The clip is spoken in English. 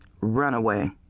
runaway